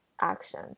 action